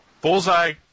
Bullseye